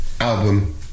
album